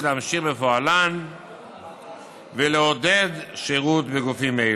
להמשיך בפועלן ולעודד שירות בגופים אלה".